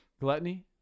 Gluttony